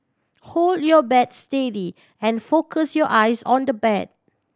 hold your bat steady and focus your eyes on the bad